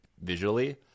visually